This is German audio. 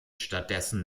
stattdessen